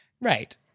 Right